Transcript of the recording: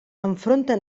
enfronta